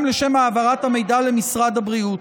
גם לשם העברת המידע למשרד הבריאות.